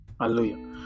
hallelujah